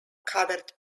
covered